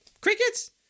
Crickets